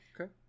okay